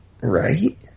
right